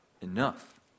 enough